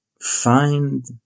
find